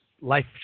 Life